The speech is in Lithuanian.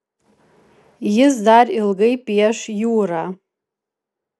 jis dar ilgai pieš jūrą